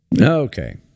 Okay